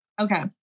Okay